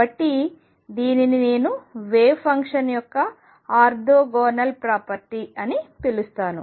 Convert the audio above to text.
కాబట్టి దీనిని నేను వేవ్ ఫంక్షన్ యొక్క 'ఆర్తోగోనల్ ప్రాపర్టీ' అని పిలుస్తాను